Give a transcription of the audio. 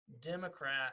Democrat